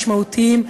משמעותיים,